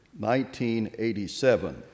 1987